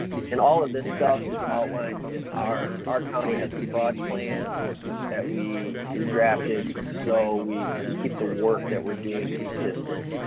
and all of this stuff is outlined in our, our county has a fraud plan that we, we drafted so we we keep the work that we're doing consistent.